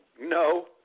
No